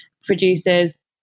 producers